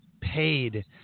paid